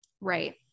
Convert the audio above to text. Right